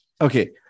okay